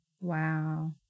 Wow